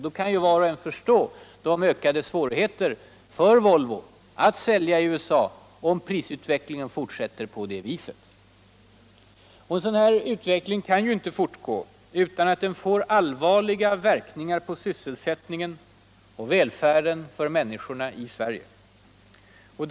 Då kan var och en förstå svårigheterna för Volvo att sälja i USA, om prisutvecklingen fortsätter på samma sätt. En sådan utveckling kan inte fortgå utan att den får allvarliga verkningar på svsselsättning och välfärd för miinniskorna i det här tändet.